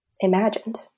imagined